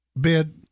bid